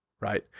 right